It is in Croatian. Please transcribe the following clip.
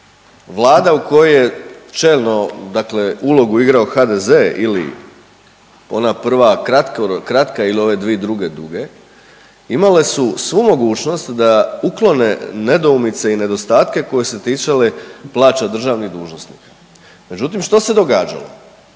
Vlada u kojoj je čelno dakle ulogu igrao HDZ ili ona prva kratka ili ove dvije druge duge, imale su svu mogućnost da uklone nedoumice i nedostatke koje se ticale plaća državnih dužnosnika. Međutim, što se događalo?